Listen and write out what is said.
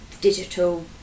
digital